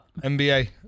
NBA